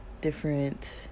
different